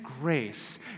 grace